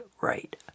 Right